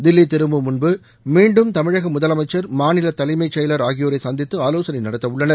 தில்லி திரும்பும் முன்பு மீண்டும் தமிழக முதலமைச்சர் மாநில தலைமை செயவர் ஆகியோரை சந்தித்து ஆலோசனை நடத்த உள்ளனர்